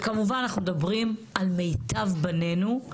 כשכמובן אנחנו מדברים על מיטב בנינו,